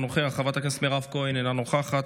אינו נוכח,